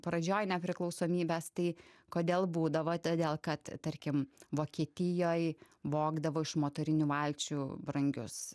pradžioj nepriklausomybės tai kodėl būdavo todėl kad tarkim vokietijoj vogdavo iš motorinių valčių brangius